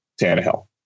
Tannehill